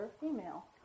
female